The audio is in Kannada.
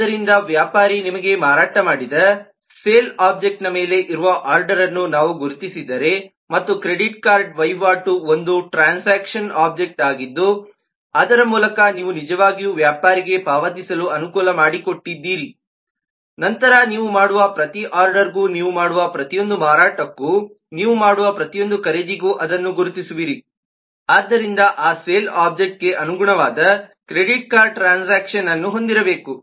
ಆದ್ದರಿಂದ ವ್ಯಾಪಾರಿ ನಿಮಗೆ ಮಾರಾಟ ಮಾಡಿದ ಸೇಲ್ ಒಬ್ಜೆಕ್ಟ್ನ ಮೇಲೆ ಇರುವ ಆರ್ಡರ್ಅನ್ನು ನಾವು ಗುರುತಿಸಿದರೆ ಮತ್ತು ಕ್ರೆಡಿಟ್ ಕಾರ್ಡ್ ವಹಿವಾಟು ಒಂದು ಟ್ರಾನ್ಸಾಕ್ಷನ್ ಒಬ್ಜೆಕ್ಟ್ ಆಗಿದ್ದು ಅದರ ಮೂಲಕ ನೀವು ನಿಜವಾಗಿಯೂ ವ್ಯಾಪಾರಿಗೆ ಪಾವತಿಸಲು ಅನುಕೂಲ ಮಾಡಿಕೊಟ್ಟಿದ್ದೀರಿ ನಂತರ ನೀವು ಮಾಡುವ ಪ್ರತಿ ಆರ್ಡರ್ಗೂ ನೀವು ಮಾಡುವ ಪ್ರತಿಯೊಂದು ಮಾರಾಟಕ್ಕೂ ನೀವು ಮಾಡುವ ಪ್ರತಿಯೊಂದು ಖರೀದಿಗೂ ಅದನ್ನು ಗುರುತಿಸುವಿರಿ ಆದ್ದರಿಂದ ಆ ಸೇಲ್ ಒಬ್ಜೆಕ್ಟ್ಗೆ ಅನುಗುಣವಾದ ಕ್ರೆಡಿಟ್ ಕಾರ್ಡ್ ಟ್ರಾನ್ಸಾಕ್ಷನ್ ಒಬ್ಜೆಕ್ಟ್ಅನ್ನು ಹೊಂದಿರಬೇಕು